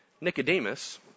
Nicodemus